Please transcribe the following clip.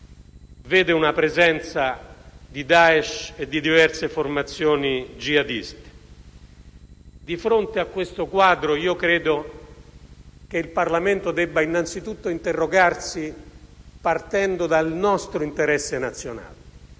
vede una presenza di Daesh e di diverse formazioni jihadiste. Di fronte a questo quadro, credo che il Parlamento debba innanzitutto interrogarsi partendo dal nostro interesse nazionale.